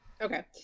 Okay